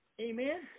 Amen